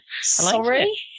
Sorry